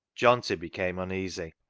johnty became un easy.